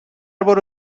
برو